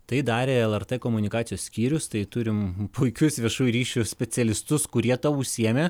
tai darė lrt komunikacijos skyrius tai turim puikius viešųjų ryšių specialistus kurie tuo užsiėmė